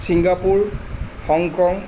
Singapore Hong Kong